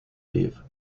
leave